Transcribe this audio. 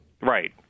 Right